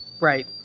Right